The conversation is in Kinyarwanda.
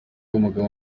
umugabo